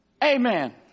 Amen